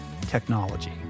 technology